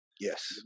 Yes